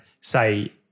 say